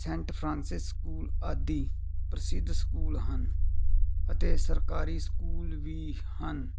Saint Francis School ਆਦਿ ਪ੍ਰਸਿੱਧ school ਹਨ ਅਤੇ ਸਰਕਾਰੀ ਸਕੂਲ ਵੀ ਹਨ